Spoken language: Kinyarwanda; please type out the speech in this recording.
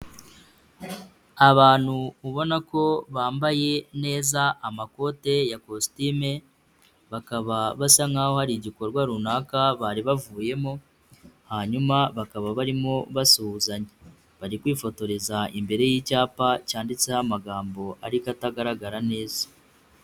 Abantu ubona ko bambaye neza amakote ya kositime, bakaba basa nkaho hari igikorwa runaka bari bavuyemo hanyuma bakaba barimo basuhuzanya, bari kwifotoreza imbere y'icyapa cyanditseho amagambo ariko atagaragara neza.